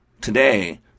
today